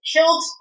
Killed